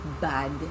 bad